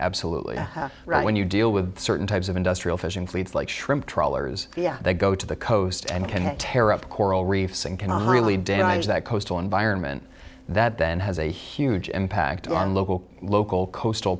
absolutely right when you deal with certain types of industrial fishing fleets like shrimp trawlers yeah they go to the coast and can tear up the coral reefs and can really damage that coastal environment that then has a huge impact on local local coastal